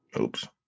Oops